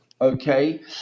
Okay